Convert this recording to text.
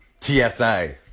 TSA